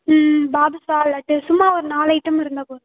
பாதுஷா லட்டு சும்மா ஒரு நாலு ஐட்டம் இருந்தால் போதும்